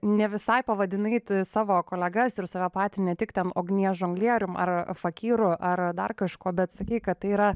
ne visai pavadinai savo kolegas ir save patį ne tik ten ugnies žonglierium ar fakyru ar dar kažkuo bet sakei kad tai yra